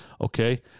okay